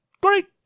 great